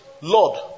Lord